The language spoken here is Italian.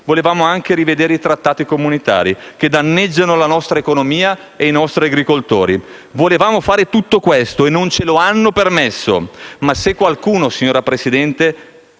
volevamo anche rivedere i trattati comunitari che danneggiano la nostra economia e i nostri agricoltori. Volevamo fare tutto questo e non ce lo hanno permesso. Ma se qualcuno, signor Presidente,